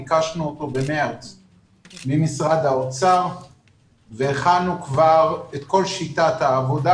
ביקשנו אותו ממשרד האוצר בחודש מארס והכנו כבר את כל שיטת העבודה,